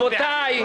מי